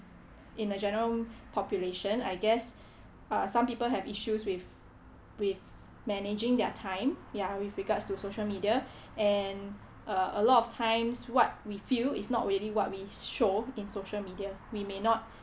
in a general population I guess uh some people have issues with with managing their time ya with regards to social media and uh a lot of times what we feel is not really what we show in social media we may not